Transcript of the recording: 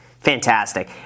Fantastic